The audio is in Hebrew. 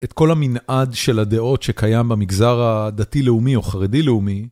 את כל המנעד של הדעות שקיים במגזר הדתי-לאומי או חרדי-לאומי.